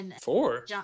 Four